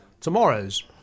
tomorrow's